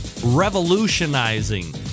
revolutionizing